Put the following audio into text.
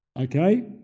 Okay